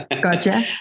Gotcha